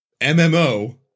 MMO